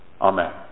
Amen